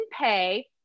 pay